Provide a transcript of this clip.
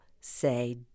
say